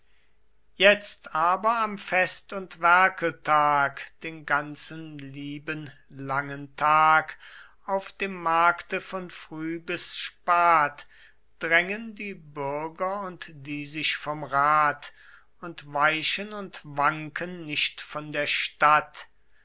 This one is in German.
jetzt aber am fest und werkeltag den ganzen lieben langen tag auf dem markte von früh bis spat drängen die bürger und die sich vom rat und weichen und wanken nicht von der statt